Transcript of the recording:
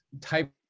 type